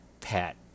Pat